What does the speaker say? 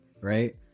right